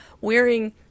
wearing